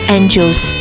Angels